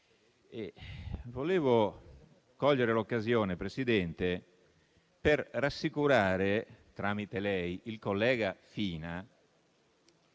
Vorrei cogliere l'occasione, signor Presidente, per rassicurare, tramite lei, il collega Fina